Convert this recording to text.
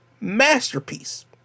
masterpiece